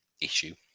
issue